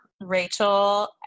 Rachel